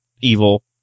evil